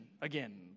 again